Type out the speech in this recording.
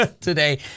today